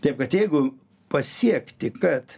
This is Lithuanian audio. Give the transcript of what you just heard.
taip kad jeigu pasiekti kad